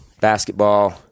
basketball